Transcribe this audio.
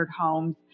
homes